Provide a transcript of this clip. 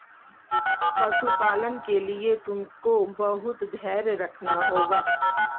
पशुपालन के लिए तुमको बहुत धैर्य रखना होगा